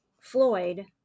floyd